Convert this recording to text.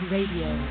Radio